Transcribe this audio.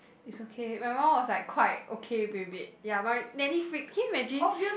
it's okay my mum was like quite okay with it ya but nanny freaked can you imagine